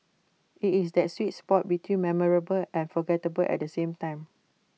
IT is that sweet spot between memorable and forgettable at the same time